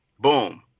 Boom